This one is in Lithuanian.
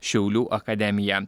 šiaulių akademija